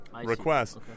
request